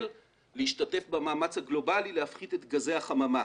להשתתף במאמץ הגלובלי להפחית את גזי החממה.